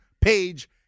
page